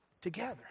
together